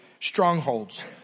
strongholds